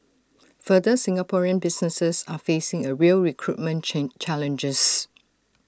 further Singaporean businesses are facing A real recruitment chain challenges